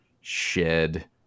shed